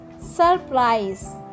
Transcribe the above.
surprise